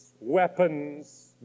weapons